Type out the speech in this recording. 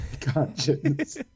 conscience